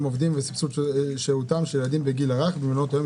עובדים ובסבסוד שהותם של ילדים בגיל הרך במעונות יום,